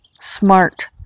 smart